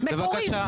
בבקשה.